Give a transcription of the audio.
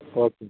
okay